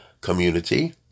community